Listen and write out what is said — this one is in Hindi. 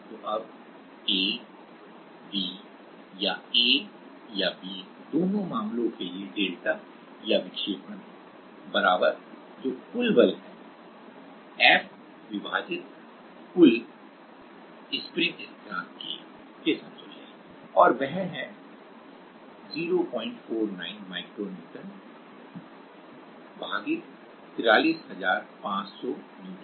तो अब a b या a या b दोनों मामलों के लिए डेल्टा या विक्षेपण जो कुल बल है F विभाजित कुल स्प्रिंग स्थिरांक K के समतुल्य है और वह है 049 माइक्रो न्यूटन विभाजित 43500 न्यूटन प्रति मीटर